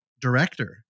director